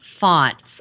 fonts